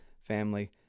family